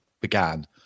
began